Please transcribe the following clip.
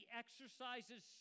exercises